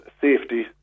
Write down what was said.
safety